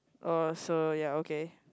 oh so ya okay